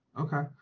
okay